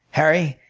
harry,